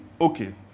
okay